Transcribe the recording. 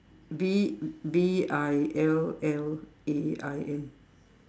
V V I L L A I N